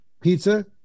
pizza